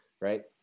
right